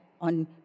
on